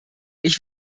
ich